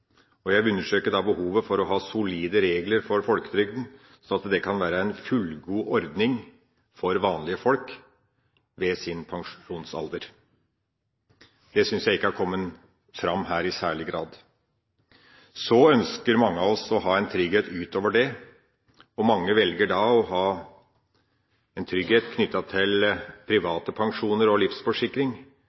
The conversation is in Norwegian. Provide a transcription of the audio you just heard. for. Jeg vil understreke behovet for å ha solide regler for folketrygden, slik at det kan være en fullgod ordning for vanlige folk ved deres pensjonsalder. Det syns jeg ikke har kommet fram i særlig grad her. Mange av oss ønsker å ha trygghet utover det, og mange velger da å ha en trygghet knyttet til private pensjoner og livsforsikring,